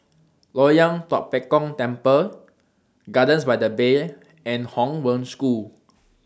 Loyang Tua Pek Kong Temple Gardens By The Bay and Hong Wen School